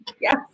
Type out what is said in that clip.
yes